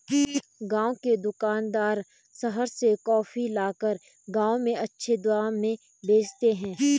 गांव के दुकानदार शहर से कॉफी लाकर गांव में ऊंचे दाम में बेचते हैं